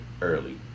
early